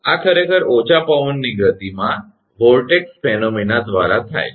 આ ખરેખર ઓછા પવનની ગતિમાં વમળની ઘટના દ્વારા થાય છે